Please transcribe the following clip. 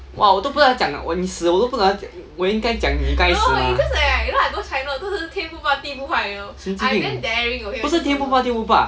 !wah! 我都不知道讲你死了我都不懂我应该讲你该死 mah 神经病不是天不怕地不怕